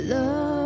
Love